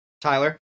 Tyler